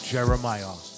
Jeremiah